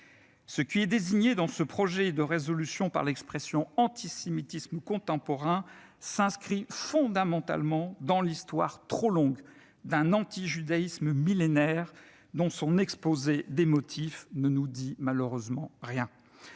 Ce qui est désigné dans ce projet de résolution par l'expression « antisémitisme contemporain » s'inscrit fondamentalement dans l'histoire trop longue d'un antijudaïsme millénaire dont son exposé des motifs ne nous dit malheureusement rien.